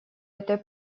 этой